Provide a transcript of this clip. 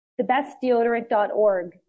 Thebestdeodorant.org